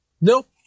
Nope